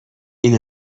این